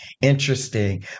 interesting